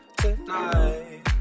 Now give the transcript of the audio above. tonight